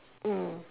mm